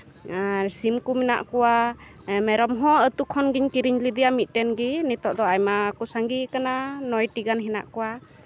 ᱟᱨ ᱥᱤᱢᱠᱚ ᱢᱮᱱᱟᱜ ᱠᱚᱣᱟ ᱢᱮᱨᱚᱢ ᱦᱚᱸ ᱟᱹᱛᱩ ᱠᱷᱚᱱᱜᱤᱧ ᱠᱤᱨᱤᱧ ᱞᱮᱫᱮᱭᱟ ᱢᱤᱫᱴᱮᱱ ᱜᱮ ᱱᱤᱛᱚᱜ ᱫᱚ ᱟᱭᱢᱟ ᱠᱚ ᱥᱟᱸᱜᱮ ᱟᱠᱟᱱᱟ ᱱᱚᱭᱴᱤ ᱜᱟᱱ ᱦᱮᱱᱟᱜ ᱠᱚᱣᱟ